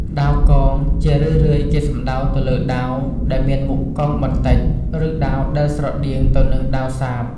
ដាវកោង ជារឿយៗគេសំដៅទៅលើដាវដែលមានមុខកោងបន្តិច ឬដាវដែលស្រដៀងទៅនឹងដាវសាប។